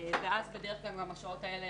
ואז בדרך כלל גם השעות האלה,